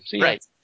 Right